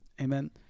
Amen